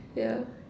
yeah